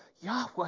Yahweh